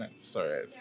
sorry